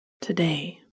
Today